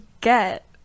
get